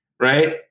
Right